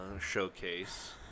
showcase